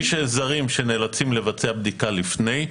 זרים שנאלצים לבצע בדיקה לפני,